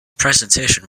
presentation